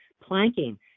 Planking